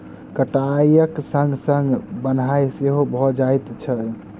कटाइक संग संग बन्हाइ सेहो भ जाइत छै